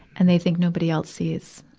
and they think nobody else sees.